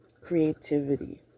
creativity